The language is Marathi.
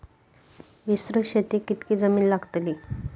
विस्तृत शेतीक कितकी जमीन लागतली?